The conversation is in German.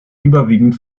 überwiegend